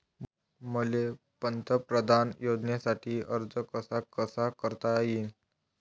मले पंतप्रधान योजनेसाठी अर्ज कसा कसा करता येईन?